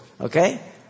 Okay